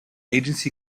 agency